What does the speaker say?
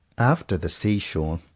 after the sea-shore,